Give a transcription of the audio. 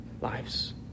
lives